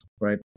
right